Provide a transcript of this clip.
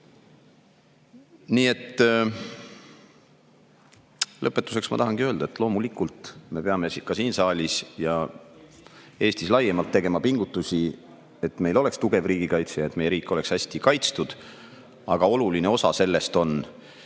Lõpetuseks ma tahangi öelda, et loomulikult me peame ka siin saalis ja Eestis laiemalt tegema pingutusi, et meil oleks tugev riigikaitse ja et meie riik oleks hästi kaitstud. Aga oluline osa sellest on